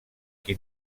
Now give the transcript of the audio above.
qui